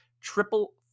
triple